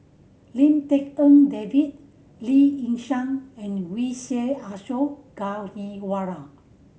Lim Tik En David Lee Yi Shyan and Vijesh Ashok Ghariwala